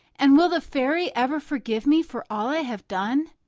and will the fairy ever forgive me for all i have done?